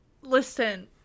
listen